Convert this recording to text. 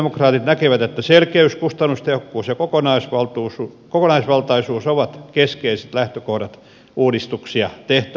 kristillisdemokraatit näkevät että selkeys kustannustehokkuus ja kokonaisvaltaisuus ovat keskeiset lähtökohdat uudistuksia tehtäessä